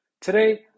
Today